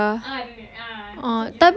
ada menira